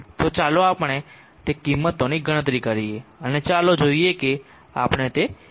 તો ચાલો આપણે તે કિંમતોની ગણતરી કરીએ અને ચાલો જોઈએ કે આપણે તે કેવી રીતે કરીશું